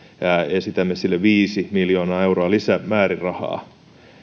esitämme sille viisi miljoonaa euroa lisää määrärahaa